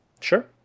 Sure